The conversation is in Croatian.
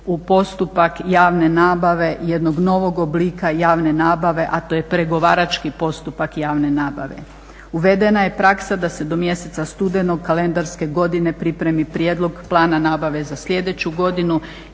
u postupak javne nabave jednog novog oblika javne nabave, a to je pregovarački postupak javne nabave. Uvedena je praksa da se do mjeseca studenog kalendarske godine pripremi prijedlog plana nabave za slijedeću godinu